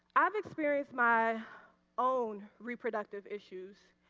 i have experienced my own reproductive issues.